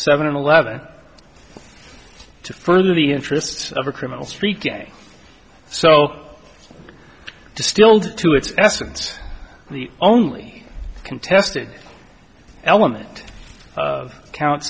seven eleven to further the interests of a criminal street gang so distilled to its essence the only contested element of count